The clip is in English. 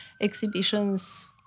exhibitions